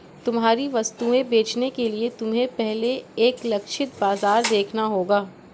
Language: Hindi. तुम्हारी वस्तुएं बेचने के लिए तुम्हें पहले एक लक्षित बाजार देखना होगा